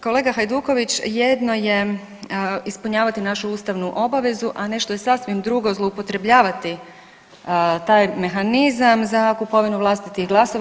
Kolega Hajduković, jedno je ispunjavati našu ustavnu obavezu, a nešto je sasvim drugo zloupotrebljavati taj mehanizam za kupovinu vlastitih glasova.